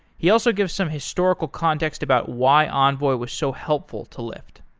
he also gives some historical context about why envoy was so helpful to lyft.